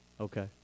okay